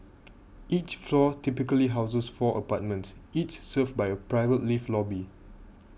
each floor typically houses four apartments each served by a private lift lobby